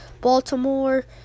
Baltimore